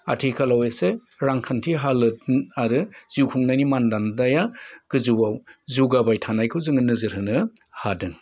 आथिखालाव एसे रांखान्थि हालोद आरो जिउ खुंनायनि मानदान्दाया गोजौआव जौगाबाय थानायखौ जोङो नोजोर होनो हादों